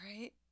Right